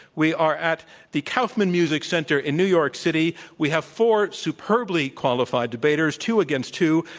we are at the kauffman music center in new york city. we have four superbly qualified debaters, two against two,